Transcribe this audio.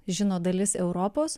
žino dalis europos